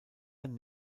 ein